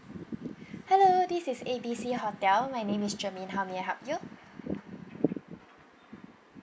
hello this is A B C hotel my name is germaine how may I help you